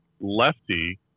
lefty